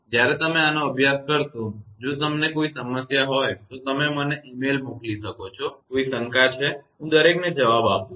જ્યારે તમે આનો અભ્યાસ કરશો જો તમને કોઈ સમસ્યા હોય તો તમે મને ઇમેઇલ મોકલી શકો છો કોઈ શંકા છે હું દરેકને જવાબ આપું છું